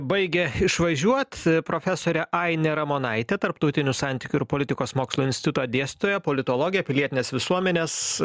baigia išvažiuot profesorė ainė ramonaitė tarptautinių santykių ir politikos mokslų instituto dėstytoja politologė pilietinės visuomenės